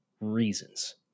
reasons